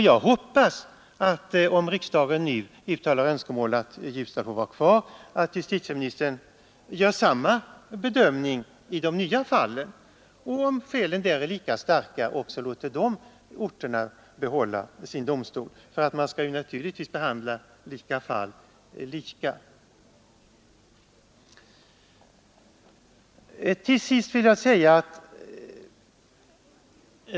Jag hoppas, om riksdagen nu uttalar önskemålet att tingsrätten i Ljusdal skall få vara kvar, att justitieministern gör samma bedömning i de nya fallen om skälen där är lika starka för att också respektive ort får behålla sin domstol. Man skall naturligtvis behandla lika fall på samma sätt.